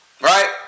Right